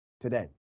today